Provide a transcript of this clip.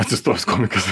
atsistojęs komikas